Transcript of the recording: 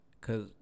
Cause